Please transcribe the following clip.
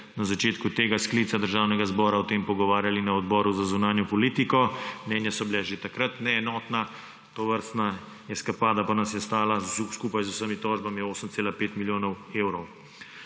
na začetku tega sklica državnega zbora o tem pogovarjali na Odboru za zunanjo politiko. Mnenja so bila že takrat neenotna, tovrstna eskapada pa nas je stala skupaj z vsemi tožbami 8,5 milijonov evrov.